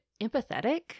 empathetic